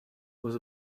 was